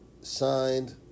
signed